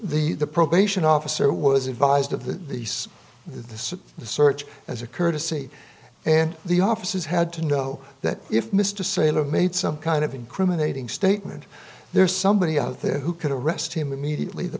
the probation officer was advised of the the six the search as a courtesy and the officers had to know that if mr saylor made some kind of incriminating statement there's somebody out there who could arrest him immediately the